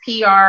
PR